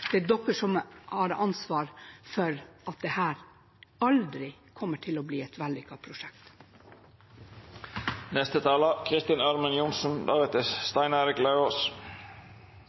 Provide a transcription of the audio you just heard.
det er de som har ansvaret for at dette aldri kommer til å bli et vellykket prosjekt. Representanten Gharahkhani kaster stein